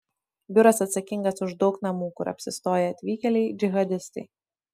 biuras atsakingas už daug namų kur apsistoję atvykėliai džihadistai